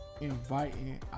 inviting